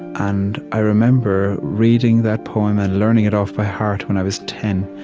and i remember reading that poem and learning it off by heart when i was ten,